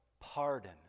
pardon